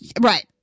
Right